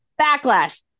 Backlash